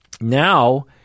now